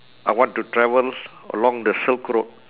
I want to travel along the silk road